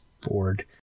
Board